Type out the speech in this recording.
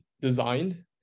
designed